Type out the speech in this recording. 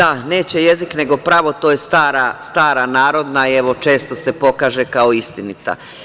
Da, neće jezik nego pravo, to je stara narodna, evo, često se pokaže kao istinita.